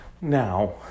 Now